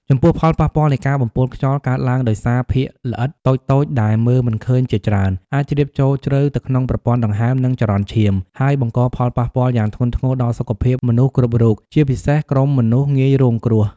ចំពោះផលប៉ះពាល់នៃការបំពុលខ្យល់កើតឡើងដោយសារភាគល្អិតតូចៗដែលមើលមិនឃើញជាច្រើន អាចជ្រាបចូលជ្រៅទៅក្នុងប្រព័ន្ធដង្ហើម និងចរន្តឈាម ហើយបង្កផលប៉ះពាល់យ៉ាងធ្ងន់ធ្ងរដល់សុខភាពមនុស្សគ្រប់រូប ជាពិសេសក្រុមមនុស្សងាយរងគ្រោះ។